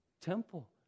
temple